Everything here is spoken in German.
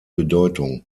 bedeutung